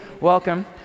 Welcome